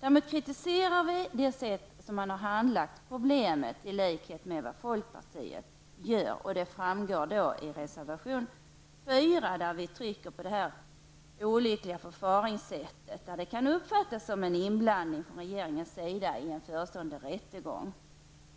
Däremot kritiserar vi i likhet med folkpartiet det sätt varpå ärendet har handlagts. I reservation 4 trycker vi på det olyckliga förfaringssättet, som kan uppfattas som en inblandning från regeringen i en förestående rättegång.